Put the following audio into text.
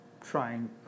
trying